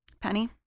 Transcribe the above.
Penny